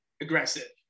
aggressive